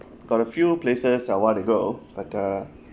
got a few places I want to go but uh